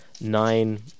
nine